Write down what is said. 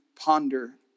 ponder